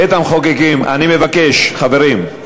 בית-המחוקקים, אני מבקש, חברים.